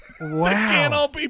Wow